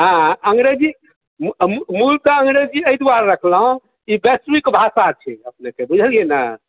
आँय अंग्रेजी मूलतः अंग्रेजी एहि दुआरे रखलहुँ ई वैश्विक भाषा छियै अपनेके बुझलियै ने